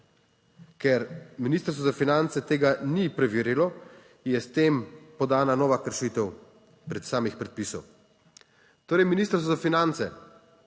Ker Ministrstvo za finance tega ni preverilo, je s tem podana nova kršitev samih predpisov. Torej, Ministrstvo za finance